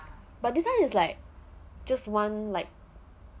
but this one is like one like